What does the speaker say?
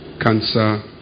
cancer